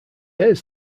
airs